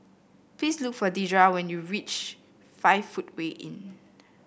please look for Dedra when you reach Five Footway Inn